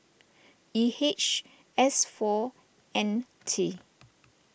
E H S four N T